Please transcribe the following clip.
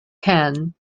can